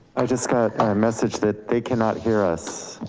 i just got a message that they cannot hear us.